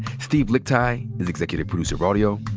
steve lickteig is executive producer of audio.